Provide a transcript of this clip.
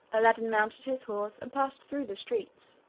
aladdin mounted his horse and passed through the streets,